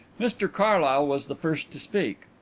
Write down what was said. mr carlyle was the first to speak.